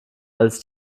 als